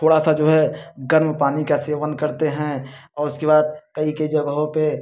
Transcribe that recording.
थोड़ा सा जो है गर्म पानी का सेवन करते हैं और उसके बाद कई कई जगहों पर